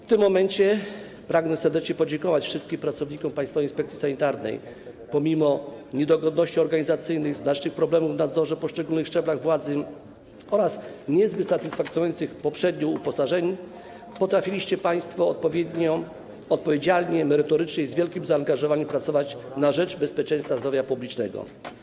W tym momencie pragnę serdecznie podziękować wszystkim pracownikom Państwowej Inspekcji Sanitarnej, że pomimo niedogodności organizacyjnych, znacznych problemów w nadzorze na poszczególnych szczeblach władzy oraz niezbyt satysfakcjonujących poprzednich uposażeń potrafili odpowiedzialnie, merytorycznie i z wielkim zaangażowaniem pracować na rzecz bezpieczeństwa zdrowia publicznego.